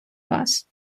вас